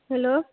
hello